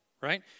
right